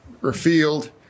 revealed